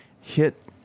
hit